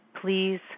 Please